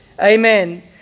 Amen